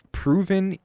proven